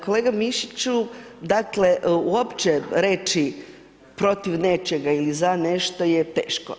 Kolega Mišiću, dakle, uopće reći protiv nečega ili za nešto je teško.